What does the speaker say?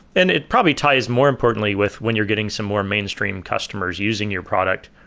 and it probably ties more importantly with when you're getting some more mainstream customers using your product.